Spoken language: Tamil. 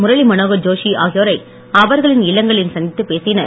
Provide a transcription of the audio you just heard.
முரளி மனோகர் ஜோஷி ஆகியோரை அவர்களின் இல்லங்களில் சந்தித்து பேசினர்